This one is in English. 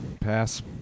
Pass